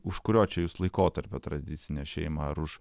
už kurio čia jūs laikotarpio tradicinę šeimą ar už